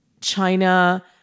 China